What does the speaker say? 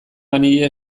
banie